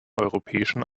europäischen